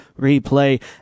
Replay